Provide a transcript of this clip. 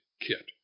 kit